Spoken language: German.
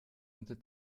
unter